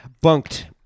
Bunked